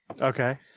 Okay